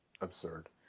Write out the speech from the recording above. absurd